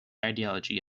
ideology